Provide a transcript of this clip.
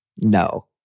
no